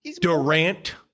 Durant